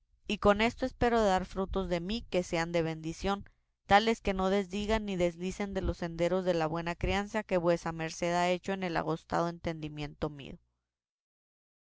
y con esto espero de dar frutos de mí que sean de bendición tales que no desdigan ni deslicen de los senderos de la buena crianza que vuesa merced ha hecho en el agostado entendimiento mío